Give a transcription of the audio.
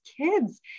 kids